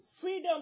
freedom